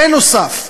בנוסף,